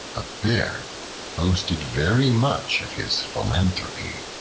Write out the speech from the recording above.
a bear boasted very much of his philanthropy,